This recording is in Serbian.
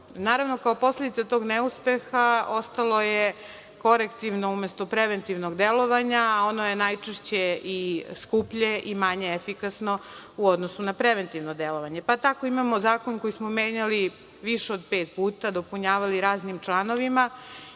došlo? Naravno, kao posledica tog neuspeha ostalo je korektivno umesto preventivnog delovanja, a ono je najčešće i skuplje i manje efikasno u odnosu na preventivno delovanje, pa tako imamo zakon koji smo menjali više od pet puta, dopunjavali raznim članovima